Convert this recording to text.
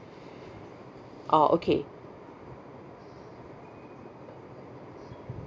orh okay